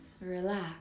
relax